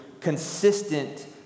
consistent